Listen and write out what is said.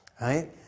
right